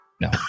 No